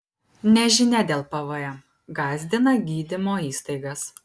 nežinia dėl pvm gąsdina gydymo įstaigas